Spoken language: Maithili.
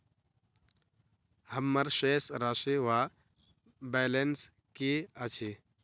हम्मर शेष राशि वा बैलेंस की अछि?